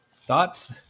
Thoughts